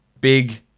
Big